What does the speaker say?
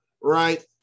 right